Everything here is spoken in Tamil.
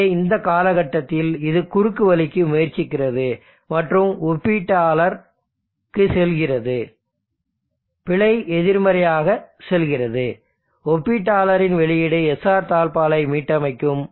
இங்கே இந்த கட்டத்தில் இது குறுக்குவழிக்கு முயற்சிக்கிறது மற்றும் ஒப்பீட்டாளர் செல்கிறது பிழை எதிர்மறையாக செல்கிறது ஒப்பீட்டாளரின் வெளியீடு SR தாழ்ப்பாளை மீட்டமைக்கும்